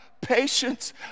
Patience